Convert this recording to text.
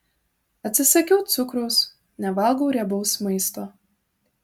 atsisakiau cukraus nevalgau riebaus maisto